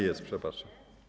Jest, przepraszam.